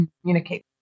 communicate